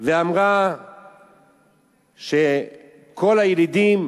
ואמר שכל הילידים,